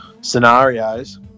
scenarios